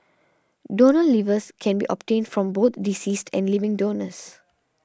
donor livers can be obtained from both deceased and living donors